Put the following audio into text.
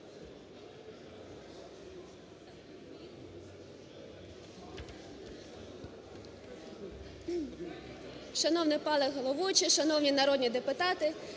Шановний пане головуючий, шановні народні депутати,